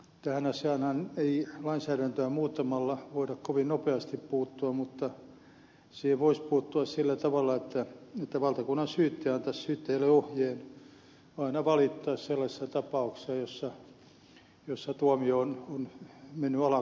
tähän asiaanhan ei lainsäädäntöä muuttamalla voida kovin nopeasti puuttua mutta siihen voisi puuttua sillä tavalla että valtakunnansyyttäjä antaisi syyttäjille ohjeen aina valittaa sellaisissa tapauksissa joissa tuomio on mennyt alakanttiin